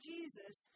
Jesus